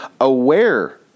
aware